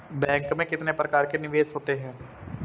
Bank में कितने प्रकार के निवेश होते हैं?